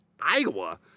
Iowa